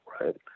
right